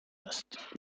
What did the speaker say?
هست